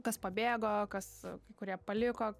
kas pabėgo kas kai kurie paliko